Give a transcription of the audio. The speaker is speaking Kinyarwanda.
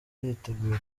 biteguye